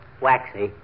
waxy